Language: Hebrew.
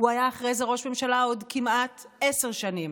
הוא היה אחרי זה ראש ממשלה עוד כמעט עשר שנים.